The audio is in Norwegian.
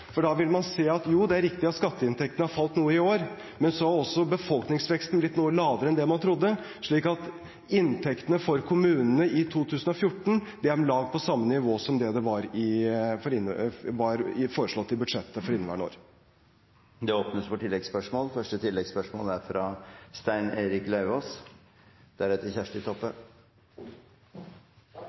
Da vil man se at det er riktig at skatteinntektene har falt noe i år, men så er også befolkningsveksten blitt noe lavere enn det man trodde, slik at inntektene for kommunene i 2014 er om lag på samme nivå som det som var foreslått i budsjettet for innværende år. Det blir gitt anledning til tilleggsspørsmål – først representanten Stein Erik Lauvås.